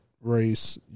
race